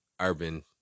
urban